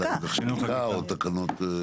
או תקנות.